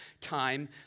time